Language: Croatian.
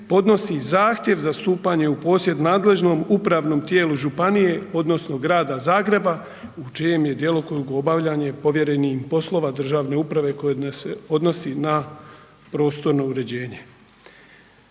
zahtjev za stupanje u posjednom nadležnom upravnom tijelu županije odnosno Grada Zagreba u čijem je djelokrugu obavljanje povjerenih poslova državne uprave koje se odnosi na prostorno uređenje.